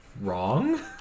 Wrong